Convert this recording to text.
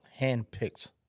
handpicked